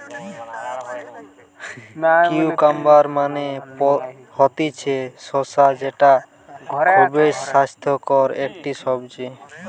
cucumber মানে হতিছে শসা যেটা খুবই স্বাস্থ্যকর একটি সবজি